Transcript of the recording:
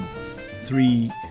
three